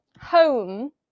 home